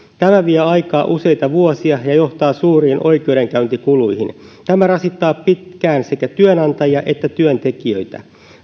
vie aikaa useita vuosia ja johtaa suuriin oikeudenkäyntikuluihin tämä rasittaa pitkään sekä työnantajia että työntekijöitä